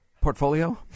portfolio